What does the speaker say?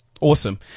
Awesome